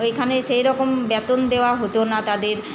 এখানে সেই রকম বেতন দেওয়া হতো না তাদের